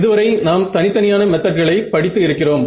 இதுவரை நாம் தனித்தனியான மெத்தட்களை படித்து இருக்கிறோம்